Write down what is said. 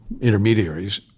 intermediaries